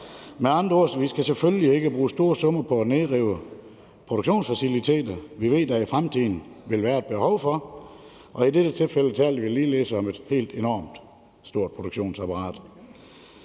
med andre ord selvfølgelig ikke bruge store summer på at nedrive produktionsfaciliteter, som vi ved der i fremtiden vil være et behov for, og i dette tilfælde taler vi ligeledes om et helt enormt stort produktionsapparat.